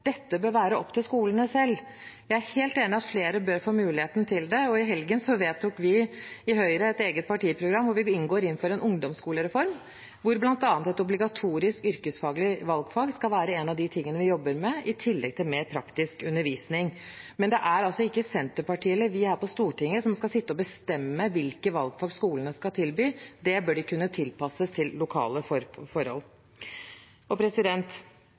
Dette bør være opp til skolene selv. Jeg er helt enig i at flere bør få muligheten til det, og i helgen vedtok vi i Høyre et eget partiprogram, der vi går inn for en ungdomsskolereform der bl.a. et obligatorisk yrkesfaglig valgfag skal være en av de tingene vi jobber med, i tillegg til mer praktisk undervisning. Men det er altså ikke Senterpartiet eller vi her på Stortinget som skal sitte og bestemme hvilke valgfag skolene skal tilby. Det bør de kunne tilpasse lokale forhold.